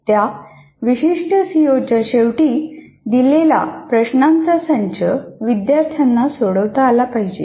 त्या विशिष्ट सीओ च्या शेवटी दिलेला प्रश्नांचा संच विद्यार्थ्यांना सोडवता आला पाहिजे